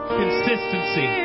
consistency